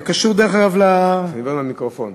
זה קשור, דרך אגב, דבר למיקרופון.